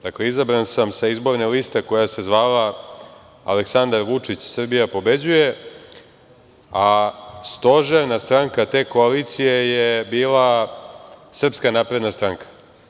Dakle, izabran sam sa izborne liste koja se zvala „Aleksandar Vučić – Srbija pobeđuje“, a stožerna stranka te koalicije je bila SNS.